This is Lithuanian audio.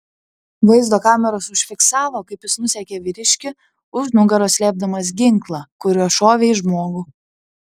vaizdo kameros užfiksavo kaip jis nusekė vyriškį už nugaros slėpdamas ginklą kuriuo šovė į žmogų